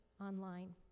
online